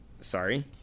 Sorry